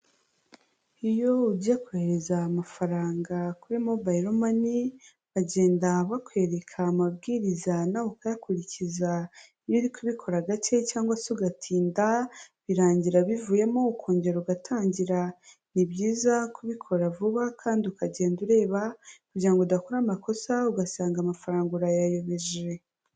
Iyo ugiye kohereza amafaranga kuri mobayiro mani bagenda bakwereka amabwiriza nawe ukayakurikiza, iyo uri kubikora gake cyangwa se ugatinda birangira bivuyemo ukongera ugatangira, ni byiza kubikora vuba kandi ukagenda ureba kugira ngo udakora amakosa ugasanga amafaranga urayayobeje.